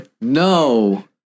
No